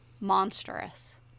monstrous